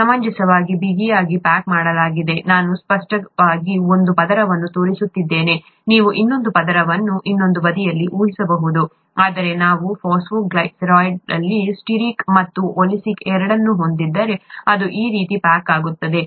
ಸಮಂಜಸವಾಗಿ ಬಿಗಿಯಾಗಿ ಪ್ಯಾಕ್ ಮಾಡಲಾಗಿದೆ ನಾನು ಸ್ಪಷ್ಟತೆಗಾಗಿ ಒಂದು ಪದರವನ್ನು ತೋರಿಸುತ್ತಿದ್ದೇನೆ ನೀವು ಇನ್ನೊಂದು ಪದರವನ್ನು ಇನ್ನೊಂದು ಬದಿಯಲ್ಲಿ ಊಹಿಸಬಹುದು ಆದರೆ ನಾವು ಫಾಸ್ಫೋಗ್ಲಿಸರೈಡ್ಗಳಲ್ಲಿ ಸ್ಟಿಯರಿಕ್ ಮತ್ತು ಒಲೀಕ್ ಎರಡನ್ನೂ ಹೊಂದಿದ್ದರೆ ಅದು ಈ ರೀತಿ ಪ್ಯಾಕ್ ಆಗುತ್ತದೆ